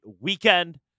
weekend